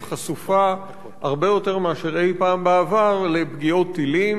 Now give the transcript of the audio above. חשופה הרבה יותר מאשר אי-פעם בעבר לפגיעות טילים,